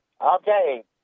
Okay